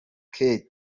kate